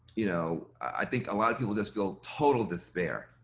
you know, i think a lot of people just feel total despair.